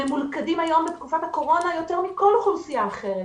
ממולכדים היום בתקופת הקורונה יותר מכל אוכלוסייה אחרת.